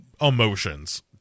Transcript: emotions